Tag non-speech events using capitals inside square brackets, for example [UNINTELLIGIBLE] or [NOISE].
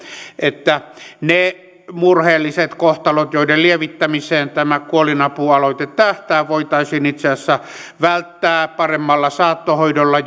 että ne murheelliset kohtalot joiden lievittämiseen tämä kuolinapualoite tähtää voitaisiin itse asiassa välttää paremmalla saattohoidolla [UNINTELLIGIBLE]